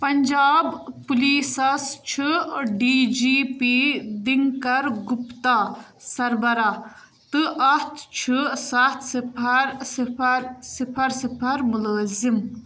پنٛجاب پُلیٖسَس چھُ D G P Dinkar Gupta سربراہ تہٕ اَتھ چھُ سَتھ صِفر صِفر صِفر صِفر مُلٲزِم